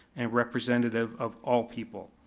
and representative of all people.